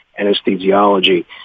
anesthesiology